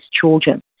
children